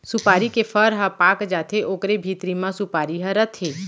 सुपारी के फर ह पाक जाथे ओकरे भीतरी म सुपारी ह रथे